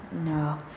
No